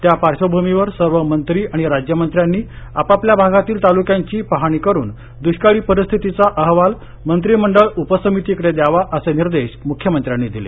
त्यापार्श्वभूमीवर सर्व मंत्री आणि राज्यमंत्र्यांनी आपापल्या भागातील तालुक्यांची पाहणी करून दुष्काळी परिस्थितीचा अहवाल मंत्रिमंडळ उपसमितीकडे द्यावा असे निर्देश मुख्यमंत्र्यांनी दिले